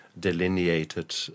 delineated